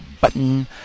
button